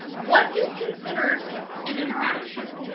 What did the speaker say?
what is considered an interaction?